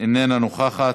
איננה נוכחת,